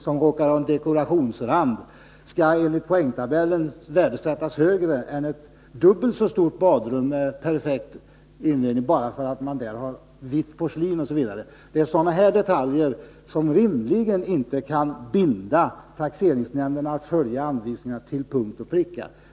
som råkar ha en dekorationsrand skall enligt poängtabellen värdesättas högre än ett dubbelt så stort badrum med perfekt inredning bara därför att det i det senare badrummet finns vitt porslin och kakel. Det är sådana här detaljer som rimligen inte kan binda taxeringsnämnderna att följa anvisningarna till punkt och pricka.